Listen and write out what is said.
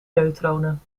neutronen